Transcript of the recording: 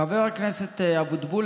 חבר הכנסת אבוטבול,